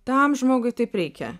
tam žmogui taip reikia